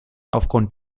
aufgrund